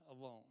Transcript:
alone